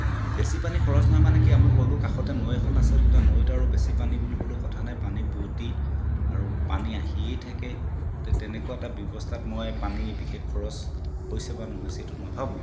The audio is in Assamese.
বেছি পানী খৰচ নহয় মানে কি অঁ মই ক'লো কাষতে নৈ এখন আছে নৈত আৰু বেছি পানী বুলিবলৈ কথা নাই পানী বোৱতী আৰু পানী আহিয়েই থাকে তো তেনেকুৱা এটা ব্যৱস্থাত মই পানী বিশেষ খৰচ হৈছে বা নহৈছে এই নাভাবোঁ